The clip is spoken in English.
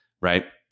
Right